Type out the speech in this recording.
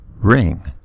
ring